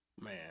Man